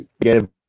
get